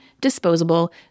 disposable